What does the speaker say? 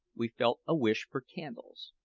we felt a wish for candles.